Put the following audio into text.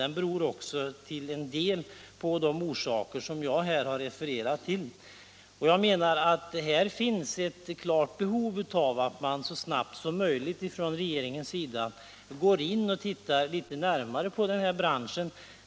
Den har också till en del uppkommit av de orsaker som jag här har refererat till. Det finns ett klart behov av att regeringen så snart som möjligt tittar närmare på denna bransch.